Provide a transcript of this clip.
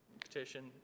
petition